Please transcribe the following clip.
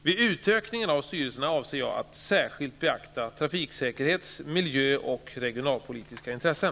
Vid utökningen av styrelserna avser jag att särskilt beakta trafiksäkerhets-, miljö och regionalpolitiska intressen.